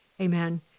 Amen